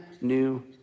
new